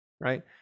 right